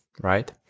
right